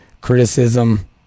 criticism